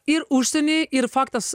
ir užsieny ir faktas